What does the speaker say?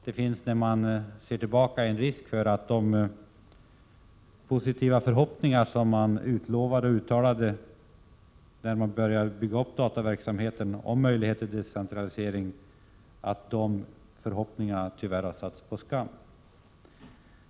Det finns en risk för att förhoppningarna om de positiva effekter som utlovades när man började bygga upp dataverksamheten i form av möjligheter till decentralisering tyvärr har satts på skam, när man nu ser tillbaka.